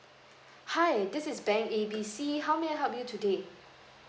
hi this is bank A B C how may I help you today